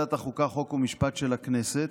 מוועדת החוקה, חוק ומשפט של הכנסת,